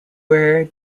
were